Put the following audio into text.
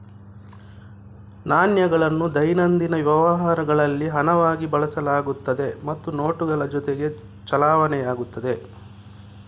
ನಾಣ್ಯಗಳನ್ನು ದೈನಂದಿನ ವ್ಯವಹಾರಗಳಲ್ಲಿ ಹಣವಾಗಿ ಬಳಸಲಾಗುತ್ತದೆ ಮತ್ತು ನೋಟುಗಳ ಜೊತೆಗೆ ಚಲಾವಣೆಯಾಗುತ್ತದೆ